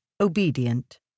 obedient